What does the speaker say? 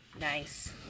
Nice